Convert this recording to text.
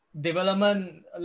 development